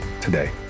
today